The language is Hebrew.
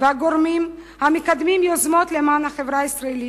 והגורמים המקדמים יוזמות למען החברה הישראלית,